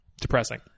depressing